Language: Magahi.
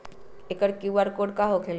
एकर कियु.आर कोड का होकेला?